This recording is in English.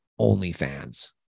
OnlyFans